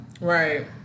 Right